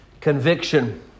conviction